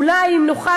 אולי נוכל,